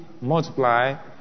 multiply